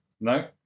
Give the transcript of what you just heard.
No